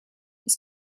das